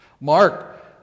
Mark